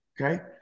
Okay